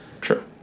True